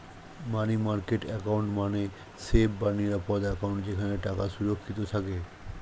মানি market account মানে safe বা নিরাপদ অ্যাকাউন্ট যেখানে টাকা সুরক্ষিত থাকে